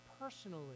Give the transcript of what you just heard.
personally